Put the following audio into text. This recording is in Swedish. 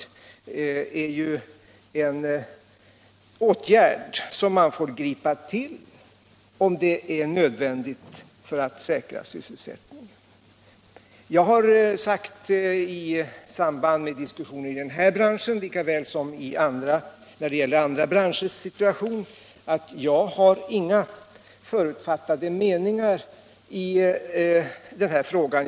Ett övertagande är en åtgärd som man får gripa till, om det är nödvändigt för att säkra sysselsättningen i särskilda fall. Jag har i samband med diskussioner 89 om denna bransch lika väl som när det gäller andra branschers situation sagt att jag inte har några förutfattade meningar i ägarfrågan.